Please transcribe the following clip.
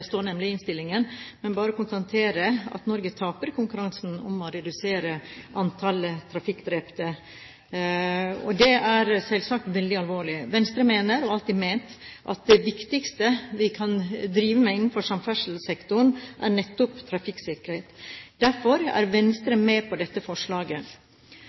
står nemlig i innstillingen, men bare konstatere at Norge taper i konkurransen om å redusere antallet trafikkdrepte. Det er selvsagt veldig alvorlig. Venstre mener, og har alltid ment, at det viktigste vi kan drive med innenfor samferdselssektoren, er nettopp trafikksikkerhet. Derfor er Venstre med på dette forslaget.